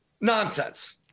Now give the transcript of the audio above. nonsense